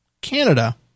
Canada